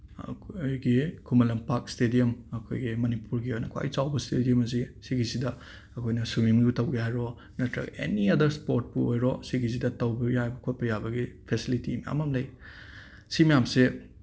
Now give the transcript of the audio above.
ꯑꯩꯒꯤ ꯈꯨꯃꯟ ꯂꯝꯄꯥꯛ ꯏꯁꯇꯦꯗꯤꯌꯝ ꯑꯩꯈꯣꯏꯒꯤ ꯃꯅꯤꯄꯨꯔꯒꯤ ꯑꯣꯏꯅ ꯈ꯭ꯋꯥꯏ ꯆꯥꯎꯕ ꯏꯁꯇꯦꯗꯤꯌꯝꯁꯤ ꯁꯤꯒꯤꯁꯤꯗ ꯑꯩꯈꯣꯏꯅ ꯁ꯭ꯋꯤꯃꯤꯡꯕꯨ ꯇꯧꯒꯦ ꯍꯥꯏꯔꯣ ꯅꯠꯇ꯭ꯔꯒ ꯑꯦꯅꯤ ꯑꯗꯔ ꯏꯁꯄꯣꯔꯠꯄꯨ ꯑꯣꯏꯔꯣ ꯁꯤꯒꯤꯁꯤꯗ ꯇꯧꯕ ꯌꯥꯕ ꯈꯣꯠꯄ ꯌꯥꯕꯒꯤ ꯐꯦꯁꯤꯂꯤꯇꯤ ꯃꯌꯥꯝ ꯑꯃ ꯂꯩ ꯁꯤ ꯃꯌꯥꯝꯁꯦ